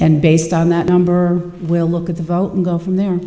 and based on that number we'll look at the vote and go from there